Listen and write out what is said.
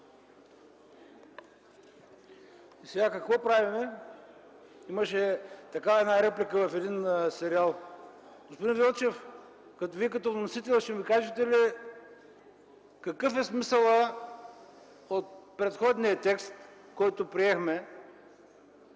И сега какво правим?! Имаше такава реплика в един сериал. Господин Велчев, Вие като вносител ще ми кажете ли какъв е смисълът от предходния текст, който приехме